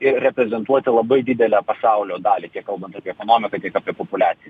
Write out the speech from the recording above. ir reprezentuoti labai didelę pasaulio dalį tiek kalbant apie ekonomiką tiek apie populiaciją